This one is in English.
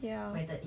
ya